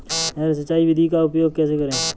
नहर सिंचाई विधि का उपयोग कैसे करें?